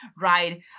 right